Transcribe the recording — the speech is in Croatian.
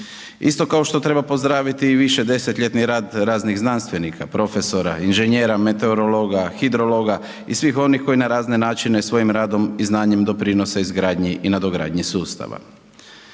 isto kao što treba pozdraviti i višedesetljetni rad raznih znanstvenika, profesora, inženjera meteorologa, hidrologa i svih onih koji na razne načine svojim radom i znanjem doprinose izgradnji i nadogradnji sustava.